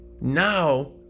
now